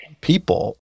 people